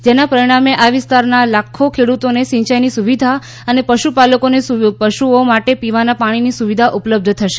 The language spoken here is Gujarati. જેના પરિણામે આ વિસ્તારના લાખ્ઓ ખેડૂતોને સિયાઈની સુવિધા અને પશુપાલકોને પશુઓ માટે પીવાના પાણીની સુવિધા ઉપલબ્ધ થશે